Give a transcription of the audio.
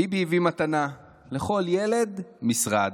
ביבי הביא מתנה לכל ילד, משרד: